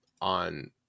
on